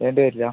ready ആയിട്ടില്ല